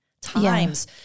times